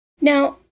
Now